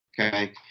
okay